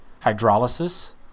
Hydrolysis